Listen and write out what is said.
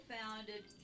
founded